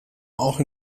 auch